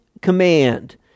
command